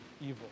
evil